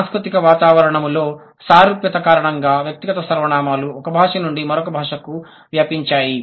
సాంస్కృతిక వాతావరణంలోని సారూప్యత కారణంగా వ్యక్తిగత సర్వనామాలు ఒక భాష నుండి మరొక భాషకు వ్యాపించాయి